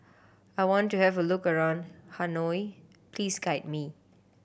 I want to have a look around Hanoi please guide me